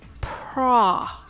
pra